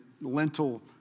lentil